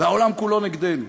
והעולם כולו נגדנו.